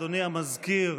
אדוני המזכיר